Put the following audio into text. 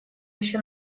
еще